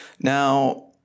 Now